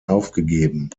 aufgegeben